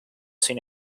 sin